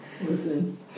Listen